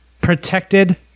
protected